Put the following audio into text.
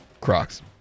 Crocs